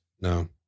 No